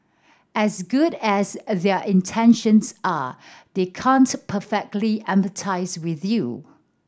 as good as a their intentions are they can't perfectly empathise with you